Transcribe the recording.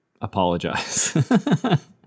apologize